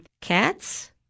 Cats